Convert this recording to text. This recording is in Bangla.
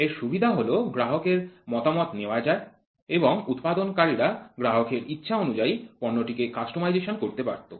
এর সুবিধাটি হল গ্রাহকের মতামত নেওয়া যায় এবং উৎপাদনকারীরা গ্রাহকের ইচ্ছা অনুযায়ী পণ্যটিকে কাস্টমাইজ করতে পারত